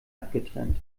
abgetrennt